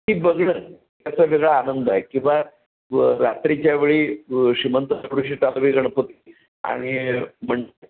ती बघणं याचा वेगळा आनंद आहे किंवा व रात्रीच्या वेळी व श्रीमंत दगडूशेठ गणपती आणि